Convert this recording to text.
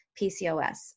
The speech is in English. PCOS